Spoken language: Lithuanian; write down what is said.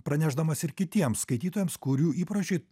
pranešdamas ir kitiem skaitytojams kurių įpročiai